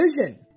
Vision